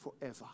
forever